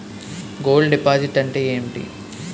Gold deposit అంతే ఎంటి?